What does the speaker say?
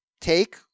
take